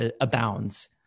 abounds